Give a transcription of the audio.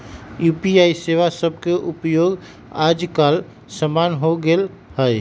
UPI सेवा सभके उपयोग याजकाल सामान्य हो गेल हइ